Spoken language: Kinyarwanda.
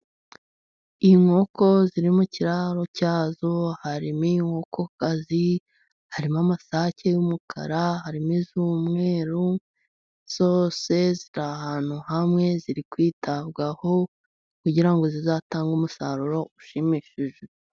Inkoko ziri mu ikiraro cyazo, harimo inkokokazi, harimo amasake y'umukara, harimo iz'umweru, zose ziri ahantu hamwe, ziri kwitabwaho kugira ngo zizatange umusaruro ushimishije.